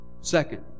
Second